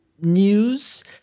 news